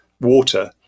water